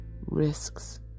risks